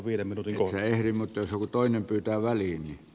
et sinä ehdi mutta jos joku toinen pyytää väliin